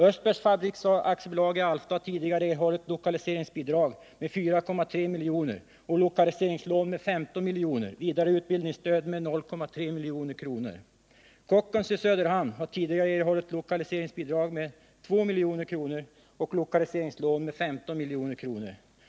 Östbergs Fabriks AB i Alfta har tidigare erhållit lokaliseringsbidrag med 4,3 milj.kr. och lokaliseringslån med 15 milj.kr., vidare utbildningsstöd med 0,3 milj.kr. Kockums i Söderhamn har tidigare erhållit lokaliseringsbidrag med 2 milj.kr. och lokaliseringslån med 15 milj.kr.